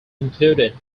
included